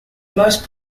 most